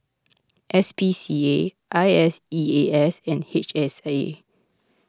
S P C A I S E A S and H S A